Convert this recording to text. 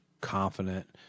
confident